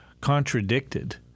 contradicted